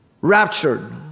raptured